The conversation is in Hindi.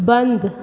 बंद